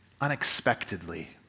unexpectedly